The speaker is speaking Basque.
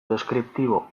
deskriptibo